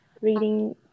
reading